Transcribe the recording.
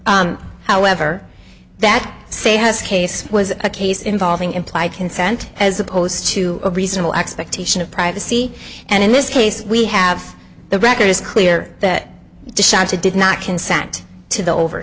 however that say has case was a case involving implied consent as opposed to a reasonable expectation of privacy and in this case we have the record is clear that decides he did not consent to the over